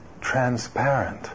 transparent